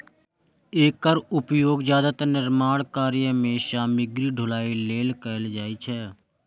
एकर उपयोग जादेतर निर्माण कार्य मे सामग्रीक ढुलाइ लेल कैल जाइ छै